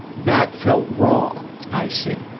that felt wrong. i see.